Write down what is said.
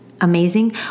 amazing